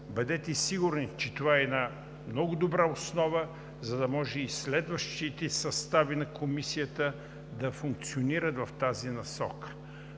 Бъдете сигурни, че това е една много добра основа, за да може и следващите състави на Комисията да функционират в тази насока.